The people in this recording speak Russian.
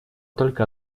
только